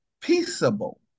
peaceable